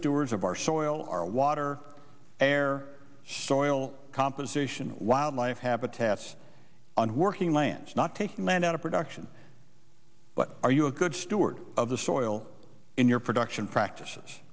stewards of our soil our water air soil composition wildlife habitats and working lands not taking land out of production but are you a good steward of the soil in your production practices